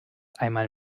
einmal